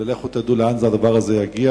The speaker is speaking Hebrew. ולכו תדעו לאן הדבר הזה יגיע.